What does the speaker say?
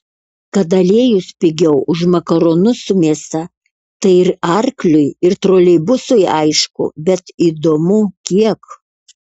kad aliejus pigiau už makaronus su mėsa tai ir arkliui ir troleibusui aišku bet įdomu kiek